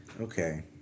Okay